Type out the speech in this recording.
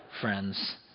friends